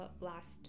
last